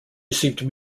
received